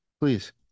Please